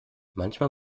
manchmal